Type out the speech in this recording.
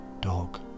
dog